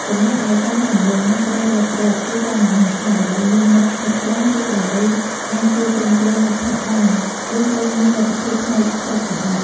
ចំណែកឯ ចង់សំបូរមិត្ត ត្រូវរកទ្រព្យ វិញ គឺចង់បង្ហាញថា ដើម្បីមានមិត្តភក្តិច្រើន ឬដើម្បីអាចជួយជ្រោមជ្រែងមិត្តភក្តិបាន យើងត្រូវមានលទ្ធភាពផ្នែកទ្រព្យសម្បត្តិ។